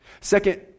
Second